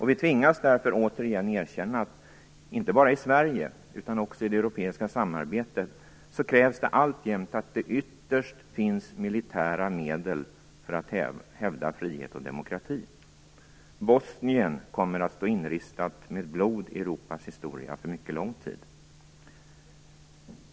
Vi tvingas därför återigen erkänna att det inte bara i Sverige utan också i det europeiska samarbetet alltjämt krävs att det ytterst finns militära medel för att hävda frihet och demokrati. Bosnien kommer att stå inristat med blod i Europas historia för mycket lång tid.